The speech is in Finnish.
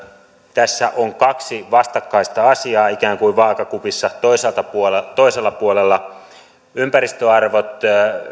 tässä on kaksi vastakkaista asiaa ikään kuin vaakakupissa toisella puolella ympäristöarvot